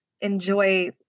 enjoy